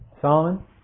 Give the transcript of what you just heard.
Solomon